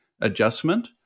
adjustment